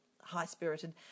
high-spirited